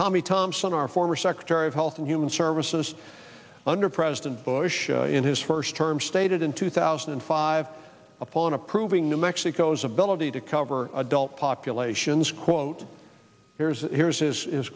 tommy thompson our former secretary of health and human services under president bush in his first term stated in two thousand and five a poll in approving new mexico's ability to cover adult populations quote here's here's this is